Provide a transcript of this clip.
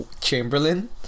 Chamberlain